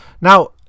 Now